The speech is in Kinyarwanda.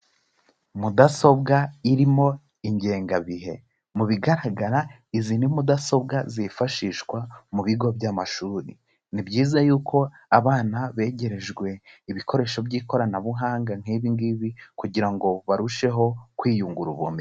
Mudasobwa irimo ingengabihe, mu bigaragara izi ni mudasobwa zifashishwa mu bigo by'amashuri. Ni byiza yuko abana begerejwe ibikoresho by'ikoranabuhanga nk'ibi ngibi kugira ngo barusheho kwiyungura ubumenyi.